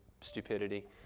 stupidity